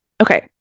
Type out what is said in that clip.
Okay